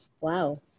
Wow